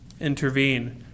intervene